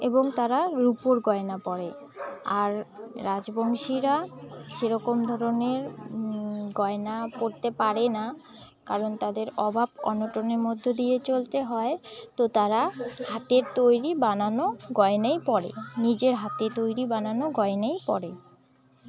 এবং তারা রূপোর গয়না পরে আর রাজবংশীরা সেরকম ধরনের গয়না পরতে পারে না কারণ তাদের অভাব অনটনের মধ্য দিয়ে চলতে হয় তো তারা হাতের তৈরি বানানো গয়নাই পরে নিজের হাতে তৈরি বানানো গয়নাই পরে